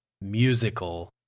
musical